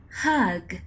hug